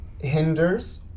Hinders